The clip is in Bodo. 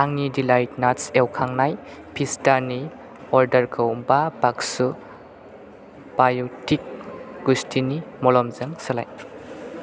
आंनि डिलाइट नाट्स एवखांनाय फिस्टानि अर्डारखौ बा बाक्सु बाय'टिक गुस्थिनि मलमजों सोलाय